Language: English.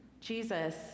Jesus